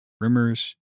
rumors